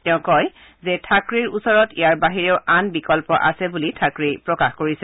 তেওঁ কয় যে থাক্ৰেৰ ওচৰত ইয়াৰ বাহিৰেও আন বিকল্প আছে বুলি থাক্ৰেই প্ৰকাশ কৰিছে